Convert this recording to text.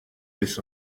this